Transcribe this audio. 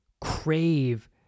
crave